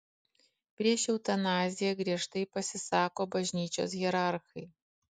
prieš eutanaziją giežtai pasisako bažnyčios hierarchai